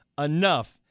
enough